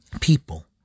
people